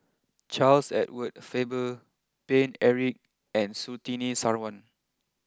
Charles Edward Faber Paine Eric and Surtini Sarwan